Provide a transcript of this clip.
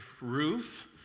Ruth